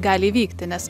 gali įvykti nes